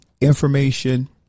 information